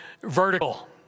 vertical